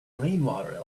rainwater